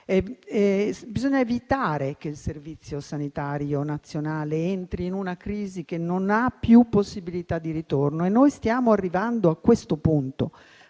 Bisogna evitare che il Servizio sanitario nazionale entri in una crisi che non ha più possibilità di ritorno e noi stiamo arrivando a questo punto.